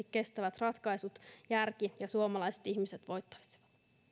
kestävät ratkaisut järki ja suomalaiset ihmiset voittaisivat